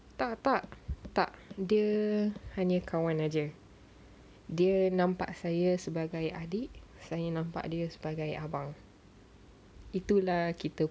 tak tak tak dia hanya kawan sahaja dia nampak saya sebagai adik saya nampak dia sebagai abang itu lah kita